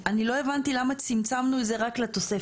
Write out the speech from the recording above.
אני לא הבנתי למה צמצמנו את זה רק לתוספת.